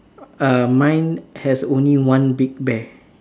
uh mine has only one big bear